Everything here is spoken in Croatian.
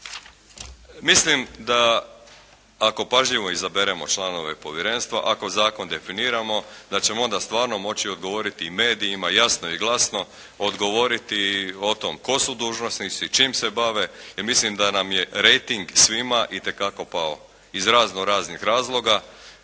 mislim da ako pažljivo izaberemo članove povjerenstva, ako zakon definiramo da ćemo onda stvarno moći odgovoriti i medijima jasno i glasno odgovoriti o tom tko su dužnosnici, čim se bave. I mislim da nam je rejting svima itekako pao iz razno-raznih razloga.